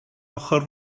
ochr